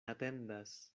atendas